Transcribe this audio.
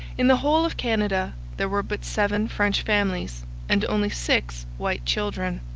in the whole of canada there were but seven french families and only six white children.